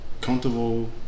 comfortable